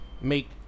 Make